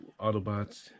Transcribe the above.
Autobots